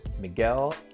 miguel